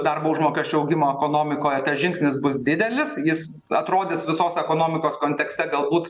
darbo užmokesčio augimo ekonomikoje tas žingsnis bus didelis jis atrodys visos ekonomikos kontekste galbūt